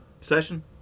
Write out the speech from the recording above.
session